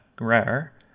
rare